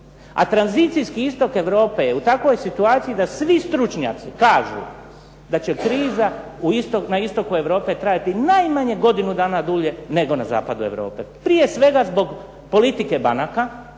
A tranzicijski istok Europe je u takvoj situaciji da svi stručnjaci kažu da će kriza na istoku Europe trajati najmanje godinu dana dulje nego na zapadu Europe. Prije svega zbog politike banaka